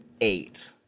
eight